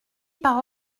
par